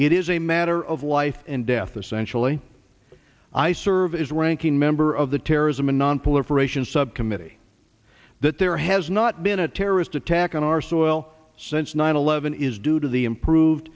it is a matter of life and death essential and i serve as ranking member of the terrorism and nonproliferation subcommittee that there has not been a terrorist attack on our soil since nine eleven is due to the improved